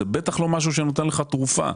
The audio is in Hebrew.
זה בטח לא משהו שנותן לך תרופה.